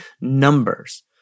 numbers